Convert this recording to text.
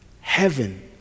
heaven